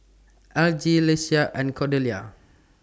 Algie Leesa and Cordelia